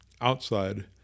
outside